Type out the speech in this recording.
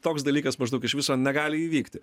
toks dalykas maždaug iš viso negali įvykti